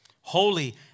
holy